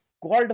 called